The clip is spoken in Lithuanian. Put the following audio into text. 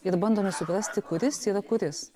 ir bandome suvesti kuris yra kuris